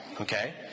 okay